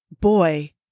boy